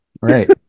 Right